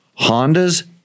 Hondas